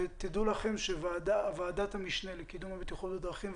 ותדעו לכם שוועדת המשנה לקידום הבטיחות בדרכים,